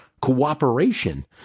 cooperation